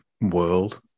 world